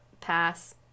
Pass